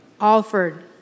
Alford